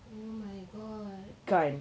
oh my god